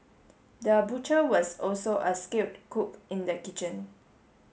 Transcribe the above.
the butcher was also a skilled cook in the kitchen